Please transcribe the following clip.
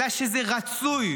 אלא שזה רצוי,